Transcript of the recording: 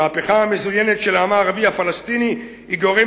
המהפכה המזוינת של העם הערבי הפלסטיני היא גורם